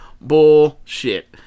bullshit